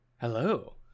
Hello